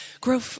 grow